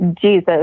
Jesus